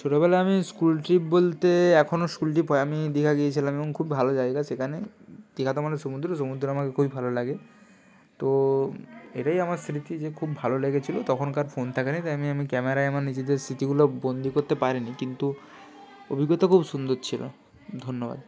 ছোটোবেলায় আমি school trip বলতে এখনো স্কুল ট্রিপ হয় আমি দীঘা গিয়েছিলাম এবং খুব ভালো জায়গা সেখানে দীঘা তো মানে সমুদ্র সমুদ্র আমাকে খুবই ভালো লাগে তো এটাই আমার স্মৃতি যে খুব ভালো লেগেছিলো তখনকার ফোন থাকে নি তাই আমি আমি ক্যামেরায় আমার নিজেদের স্মৃতিগুলো বন্দি করতে পারি নি কিন্তু অভিজ্ঞতা খুব সুন্দর ছিলো ধন্যবাদ